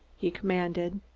he commanded.